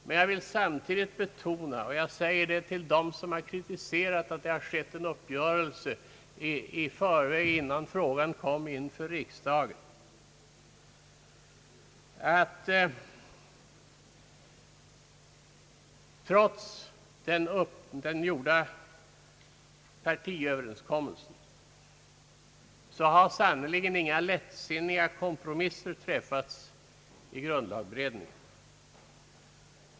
Men samtidigt vill jag betona — och det säger jag till dem som har kritiserat en i förväg träffad överenskommelse, alltså innan frågan behandlats av riksdagen — att trots den träffade partiöverenskommelsen har sannerligen inga lättsinniga kompromisser gjorts i grundlagberedningen.